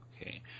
Okay